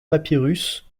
papyrus